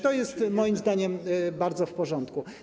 To jest moim zdaniem bardzo w porządku.